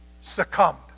succumbed